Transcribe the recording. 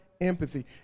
empathy